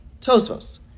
Tosvos